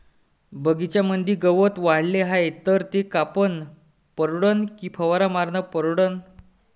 बगीच्यामंदी गवत वाढले हाये तर ते कापनं परवडन की फवारा मारनं परवडन?